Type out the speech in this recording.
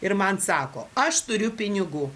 ir man sako aš turiu pinigų